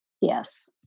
Yes